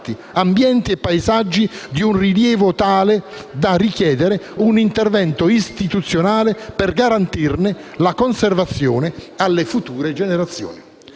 ambienti e paesaggi di un rilievo tale da richiedere un intervento istituzionale per garantirne la conservazione alle future generazioni.